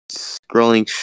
scrolling